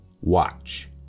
watch